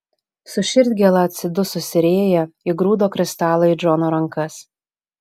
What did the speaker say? su širdgėla atsidususi rėja įgrūdo kristalą į džono rankas